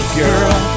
girl